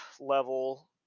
level